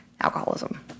alcoholism